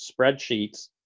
spreadsheets